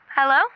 Hello